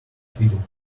fiddle